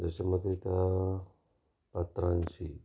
जाच्यामध्ये त्या पात्रांशी